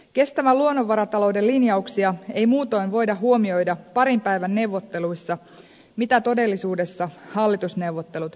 kestävän luonnonvaratalouden linjauksia ei muutoin voida huomioida parin päivän neuvotteluissa mitä todellisuudessa hallitusneuvottelut väistämättä ovat